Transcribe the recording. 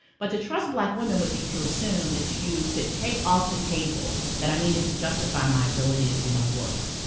but to trust black women would be to assume that you could take off the table that i needed to justify my ability to do my work.